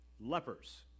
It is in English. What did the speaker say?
lepers